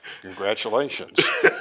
congratulations